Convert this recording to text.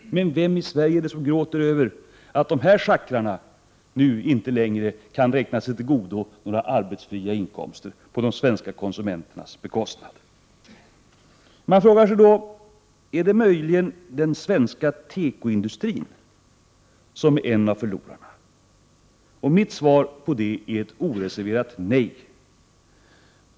Vem gråter i Sverige över att de här schackrarna inte längre kan räkna sig till godo några arbetsfria inkomster på de svenska konsumenternas bekostnad? Är det möjligen den svenska tekoindustrin som är en av förlorarna? Mitt svar på den frågan är ett oreserverat nej.